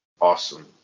awesome